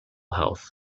health